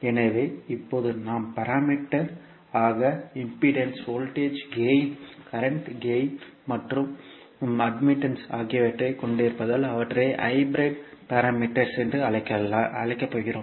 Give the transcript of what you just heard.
எனவே இப்போது நாம் ஒரு பாராமீட்டர் ஆக impedance voltage gain current gain மற்றும் ஒப்புதல் ஆகியவற்றைக் கொண்டிருப்பதால் அவற்றை ஹைபிரிட் பாராமீட்டர்கள் என்று அழைக்கிறோம்